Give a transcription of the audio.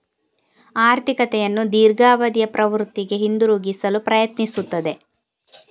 ಆರ್ಥಿಕತೆಯನ್ನು ದೀರ್ಘಾವಧಿಯ ಪ್ರವೃತ್ತಿಗೆ ಹಿಂತಿರುಗಿಸಲು ಪ್ರಯತ್ನಿಸುತ್ತದೆ